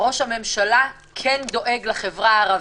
ראש הממשלה כן דואג לחברה הערבית.